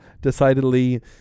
decidedly